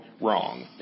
wrong